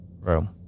room